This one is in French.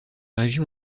région